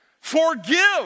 forgive